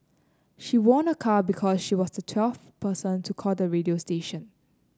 she won a car because she was the twelfth person to call the radio station